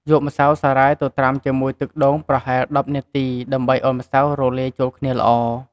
យកម្សៅសារាយទៅត្រាំជាមួយទឹកដូងប្រហែល ១០ នាទី ដើម្បីឱ្យម្សៅរលាយចូលគ្នាល្អ។